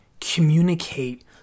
communicate